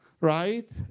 right